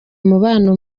umubano